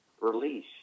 release